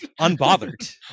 unbothered